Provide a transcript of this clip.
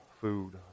food